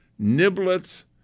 niblets